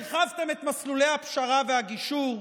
הרחבתם את מסלולי הפשרה והגישור?